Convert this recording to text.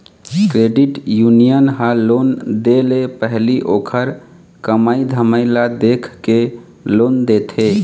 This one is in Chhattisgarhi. क्रेडिट यूनियन ह लोन दे ले पहिली ओखर कमई धमई ल देखके लोन देथे